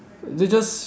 they just